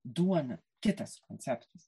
duona kitas konceptas